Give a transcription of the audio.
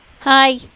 Hi